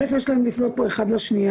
אלף יש להן לפנות פה אחת לשנייה.